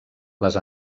les